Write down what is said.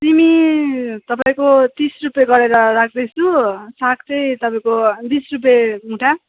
सिमी तपाईँको तिस रुपियाँ गरेर राख्दैछु साग चाहिँ तपाईँको बिस रुपियाँ मुठा